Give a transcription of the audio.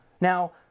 Now